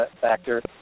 factor